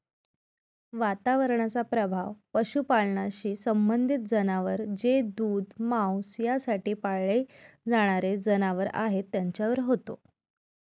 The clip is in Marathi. वातावरणाचा प्रभाव पशुपालनाशी संबंधित जनावर जे दूध, मांस यासाठी पाळले जाणारे जनावर आहेत त्यांच्यावर होतो